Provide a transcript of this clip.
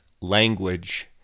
language